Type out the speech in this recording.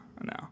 no